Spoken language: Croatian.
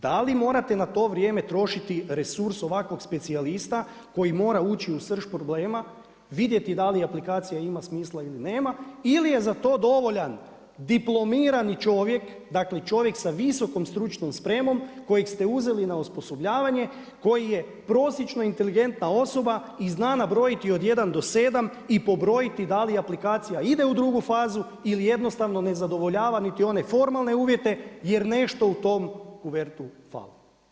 Da li morate na to vrijeme trošiti resurs ovakvog specijalista koji mora ući u srž problema, vidjeti da li aplikacija ima smislila ili nema, ili je za to dovoljan diplomirani čovjek, dakle čovjekom sa visokom stručnom spremom kojeg ste uzeli na osposobljavanje, koji je prosječno inteligentna osoba i zna nabrojiti od 1 d 7 i pobrojiti da li aplikacija ide u drugu fazu ili jednostavno ne zadovoljava niti one formalne uvjete jer nešto u toj kuverti fali.